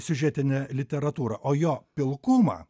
siužetinę literatūrą o jo pilkumą